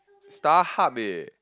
StarHub eh